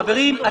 חברים,